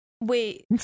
Wait